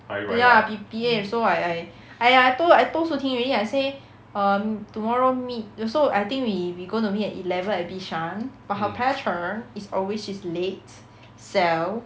oh ya so I I !aiya! I told I told shu ting already I say um tomorrow meet ya so I think we we going to meet at eleven at bishan but her penchant is always she's late so